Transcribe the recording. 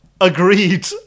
agreed